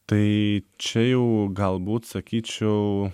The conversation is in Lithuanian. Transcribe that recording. tai čia jau galbūt sakyčiau